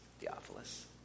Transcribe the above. Theophilus